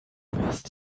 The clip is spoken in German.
wirst